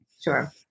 Sure